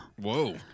whoa